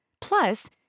Plus